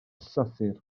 llythyr